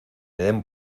den